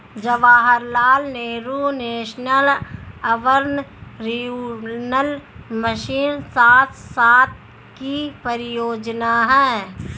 Jawaharlal Nehru national urban renewal mission सात साल की परियोजना है